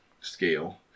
scale